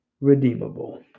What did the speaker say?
redeemable